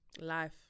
life